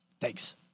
Thanks